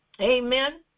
Amen